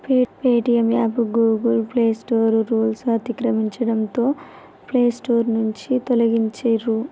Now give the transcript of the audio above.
Paytm app Google play store రూల్స్ను అతిక్రమించడంతో play store నుంచి తొలగించిర్రు